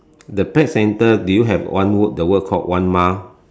the pet centre do you have one word the word called one mile